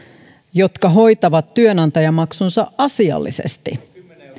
jotka hoitavat työnantajamaksunsa asiallisesti